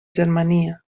germania